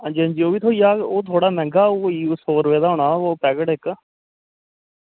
हां जी हां जी ओह् बी थ्होई जाह्ग ओह् थोह्ड़ा मैंह्गा कोई ओह् सौ रपेऽ दा होना कोई ओह् पैकेट इक